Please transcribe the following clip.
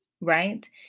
right